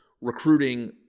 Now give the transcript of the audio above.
recruiting